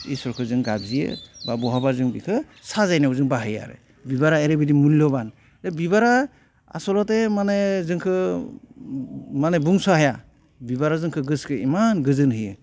इसोरखौ जों गाबज्रियो बा बहाबा जों बिखो साजायनायाव जों बाहायो आरो बिबारा एरैबादि मुल्यबान दा बिबारा आसलथे माने जोंखो माने बुंस'हाया बिबारा जोंखो गोसोखो इमान गोजोन होयो